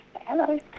hello